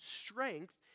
strength